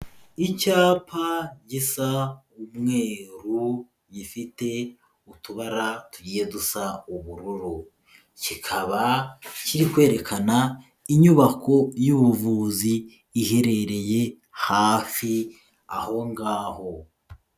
Icyapa gisa umwe, gifite utubara tugiye dusa ubururu, kikaba kiri kwerekana inyubako y'ubuvuzi iherereye hafi aho ngaho.